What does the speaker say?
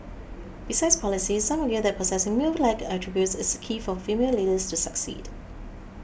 besides policies some argue that possessing male like attributes is a key for female leaders to succeed